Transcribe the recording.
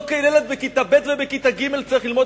ולא ילד בכיתה ב' ובכיתה ג' צריך ללמוד